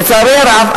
לצערי הרב,